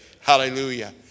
Hallelujah